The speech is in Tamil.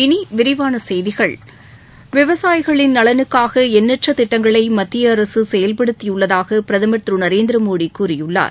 இனி விரிவான செய்திகள் விவசாயிகளின் நலனுக்காக எண்ணற்ற திட்டங்களை மத்திய அரசு செயல்படுத்தியுள்ளதாக பிரதமர் திரு நரேந்திர மோடி கூறியுள்ளார்